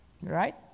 right